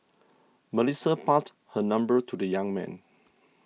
Melissa passed her number to the young man